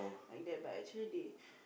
like that but actually they